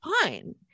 fine